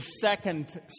second